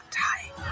time